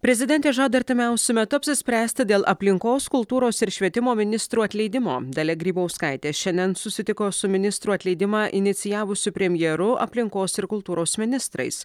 prezidentė žada artimiausiu metu apsispręsti dėl aplinkos kultūros ir švietimo ministrų atleidimo dalia grybauskaitė šiandien susitiko su ministrų atleidimą inicijavusiu premjeru aplinkos ir kultūros ministrais